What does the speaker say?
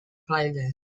playlist